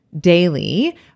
daily